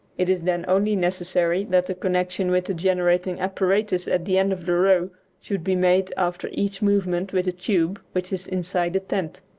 it is then only necessary that the connection with the generating apparatus at the end of the row should be made after each movement with the tube which is inside the tent.